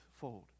fold